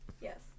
yes